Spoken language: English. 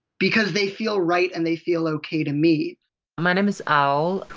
because they feel right and they feel ok to me my name is owl.